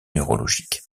neurologiques